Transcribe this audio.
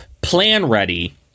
plan-ready